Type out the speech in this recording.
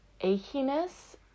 achiness